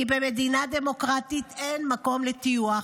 כי במדינה דמוקרטית אין מקום לטיוח,